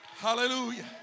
Hallelujah